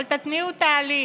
אבל תתניעו תהליך.